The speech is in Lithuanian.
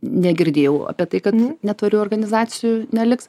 negirdėjau apie tai kad netvarių organizacijų neliks